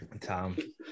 Tom